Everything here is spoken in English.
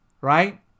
right